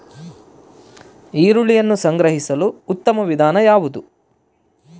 ಈರುಳ್ಳಿಯನ್ನು ಸಂಗ್ರಹಿಸಲು ಉತ್ತಮ ವಿಧಾನ ಯಾವುದು?